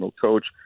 coach